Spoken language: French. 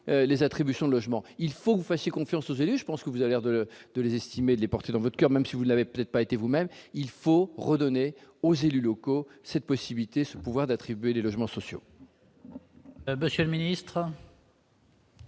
les attributions de logements, il faut que vous fassiez confiance aux élus, je pense que vous l'air de de les estimer les porter dans votre coeur, même si vous n'avez peut-être pas été vous-même, il faut redonner aux élus locaux, cette possibilité, ce pouvoir d'attribuer les logements sociaux. Monsieur le ministre.